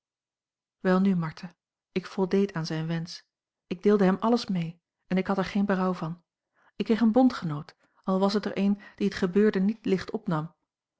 welnu martha ik voldeed aan zijn wensch ik deelde hem alles mee en ik had er geen berouw van ik kreeg een bondgenoot al was het er een die het gebeurde niet licht opnam